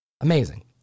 Amazing